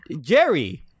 Jerry